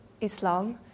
Islam